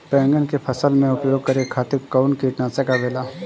बैंगन के फसल में उपयोग करे खातिर कउन कीटनाशक आवेला?